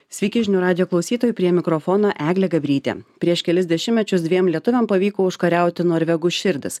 sveiki žinių radijo klausytojai prie mikrofono eglė gabrytė prieš kelis dešimtmečius dviem lietuviam pavyko užkariauti norvegų širdis